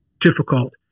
difficult